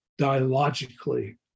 dialogically